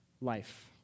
life